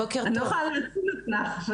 אני לא יכולה להציל אותך.